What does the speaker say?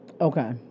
Okay